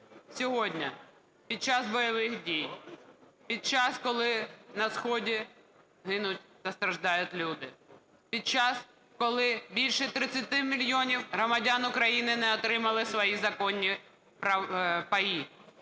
сьогодні під час бойових дій, під час, коли на сході гинуть та страждають люди, під час, коли більше 30 мільйонів громадян України не отримали свої законні паї,